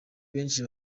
benshi